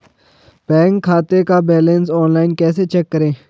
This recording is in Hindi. बैंक खाते का बैलेंस ऑनलाइन कैसे चेक करें?